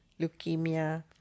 leukemia